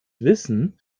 wissen